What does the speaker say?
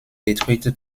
détruite